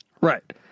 Right